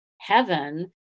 heaven